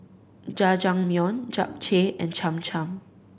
Jajangmyeon Japchae and Cham Cham